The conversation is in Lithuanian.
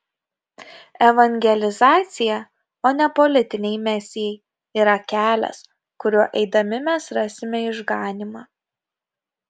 evangelizacija o ne politiniai mesijai yra kelias kuriuo eidami mes rasime išganymą